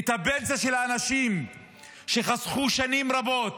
את הפנסיה של האנשים שחסכו שנים רבות,